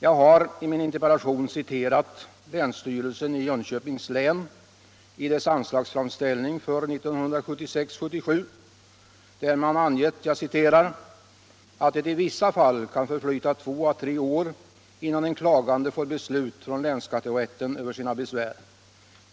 Jag har i min interpellation citerat länsstyrelsen i Jönköpings län i dess anslagsframställning för 1976/77, där man angett att det i vissa fall kan ”förflyta 2-3 år innan en klagande får beslut från länsskatterätten över sina besvär.